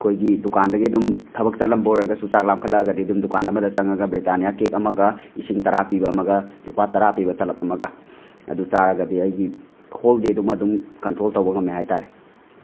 ꯑꯈꯣꯏꯒꯤ ꯗꯨꯀꯥꯟꯗꯒꯤ ꯑꯗꯨꯝ ꯊꯕꯛ ꯆꯠꯂꯝꯕ ꯑꯣꯏꯔꯒꯁꯨ ꯆꯥꯛ ꯂꯥꯝꯈꯠꯂꯛꯑꯗꯤ ꯑꯗꯨꯝ ꯗꯨꯀꯥꯟ ꯑꯃꯗ ꯆꯪꯉꯒ ꯕ꯭ꯔꯤꯇꯥꯅꯤꯌꯥ ꯀꯦꯛ ꯑꯃꯒ ꯏꯁꯤꯡ ꯇꯔꯥ ꯄꯤꯕ ꯑꯃꯒ ꯂꯨꯄꯥ ꯇꯔꯥ ꯄꯤꯕ ꯇꯥꯂꯞ ꯑꯃꯒ ꯑꯗꯨ ꯆꯥꯔꯒꯗꯤ ꯑꯩꯒꯤ ꯍꯣꯜ ꯗꯦ ꯗꯨꯃ ꯑꯗꯨꯝ ꯀꯟꯇ꯭ꯔꯣꯜ ꯇꯧꯕ ꯉꯝꯃꯦ ꯍꯥꯏꯇꯥꯔꯦ